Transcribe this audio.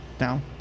No